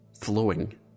flowing